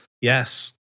Yes